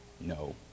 No